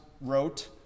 wrote